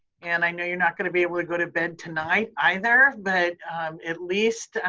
and i know you're not going to be able to go to bed tonight either, but at least